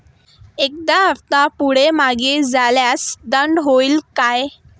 एखादा हफ्ता पुढे मागे झाल्यास दंड होईल काय?